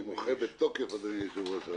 אני מוחה בתוקף, אדוני היושב-ראש.